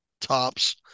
tops